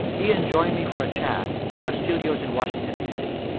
iain joined me for a chat in our studios in washington, d c.